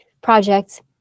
projects